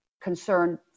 concern